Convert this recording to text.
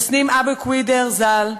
תסנים אבו קווידר ז"ל,